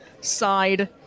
side